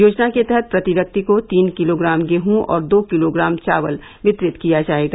योजना के तहत प्रति व्यक्ति को तीन किलोग्राम गेहूँ और दो किलोग्राम चावल वितरित किया जायेगा